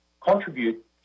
contribute